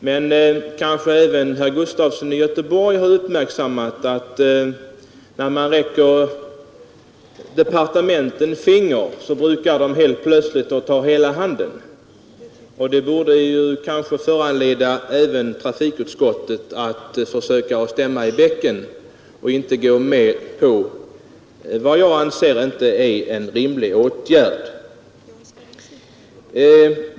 Men kanske även herr Gustafson i Göteborg har uppmärksammat att när man räcker departementen ett finger så brukar de helt plötsligt ta hela handen. Det borde kanske föranleda även trafikutskottet att försöka stämma i bäcken och inte gå med på vad jag anser inte är en rimlig åtgärd.